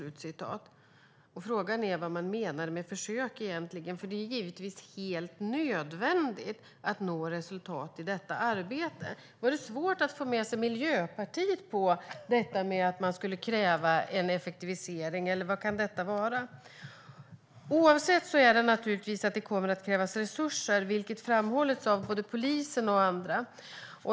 Frågan är vad man menar med försök egentligen, för det är givetvis helt nödvändigt att nå resultat i detta arbete. Var det svårt att få med sig Miljöpartiet på detta att man skulle kräva en effektivisering, eller vad kan det vara? Oavsett vilket kommer det naturligtvis att krävas resurser, vilket framhållits av både polisen och andra.